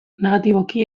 negatiboki